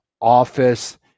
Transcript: office